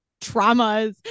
traumas